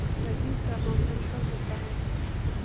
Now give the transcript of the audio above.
रबी का मौसम कब होता हैं?